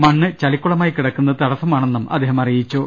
മണ്ണ് ചളി ക്കുളമായി കിടക്കുന്നത് തടസ്സമാണെന്നും അദ്ദേഹം അറിയി ച്ചു